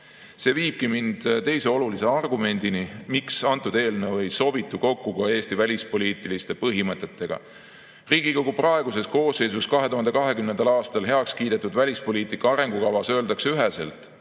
See viibki mind teise olulise argumendini, miks see eelnõu ei sobi kokku Eesti välispoliitiliste põhimõtetega. Riigikogu praeguses koosseisus 2020. aastal heaks kiidetud välispoliitika arengukavas öeldakse üheselt: